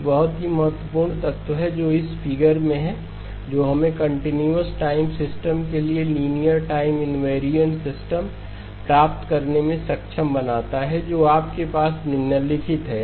एक बहुत ही महत्वपूर्ण तत्व जो इस फिगर में है जो हमें कंटीन्यूअस टाइम सिस्टम के लिए लीनियर टाइम इनवेरिएंट सिस्टम प्राप्त करने में सक्षम बनाता हैजो आपके पास निम्नलिखित है